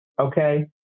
okay